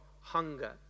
hunger